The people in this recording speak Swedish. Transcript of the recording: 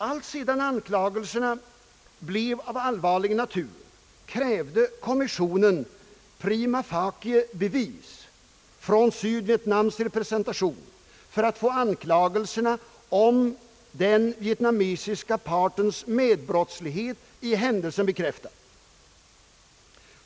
Alltsedan anklagelserna blev av allvarligare natur, krävde kommissionen prima facie bevis från Sydvietnams representation för att få anklagelserna om den nordvietnamesiska partens medbrottslighet i händelsen bekräftad.